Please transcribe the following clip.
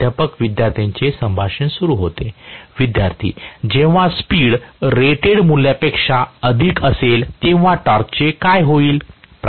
प्राध्यापक विद्यार्थ्यांचे संभाषण सुरू होते विद्यार्थीः जेव्हा स्पीड रेट मूल्यापेक्षा अधिक असेल तेव्हा टॉर्कचे काय होईल